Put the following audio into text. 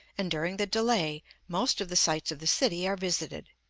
and during the delay most of the sights of the city are visited.